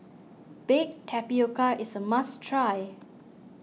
Baked Tapioca is a must try